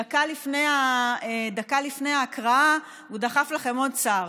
דקה לפני ההקראה הוא דחף לכם עוד שר.